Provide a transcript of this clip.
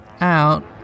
out